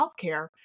healthcare